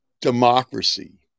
democracy